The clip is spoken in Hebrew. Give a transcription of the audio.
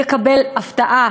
יקבל הפתעה,